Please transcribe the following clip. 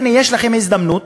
הנה, יש לכם הזדמנות